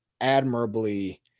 admirably